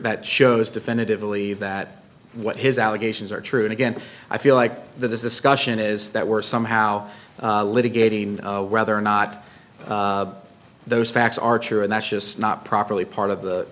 that shows definitively that what his allegations are true and again i feel like the discussion is that we're somehow litigating whether or not those facts archer and that's just not properly part of the